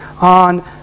on